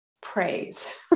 praise